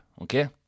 okay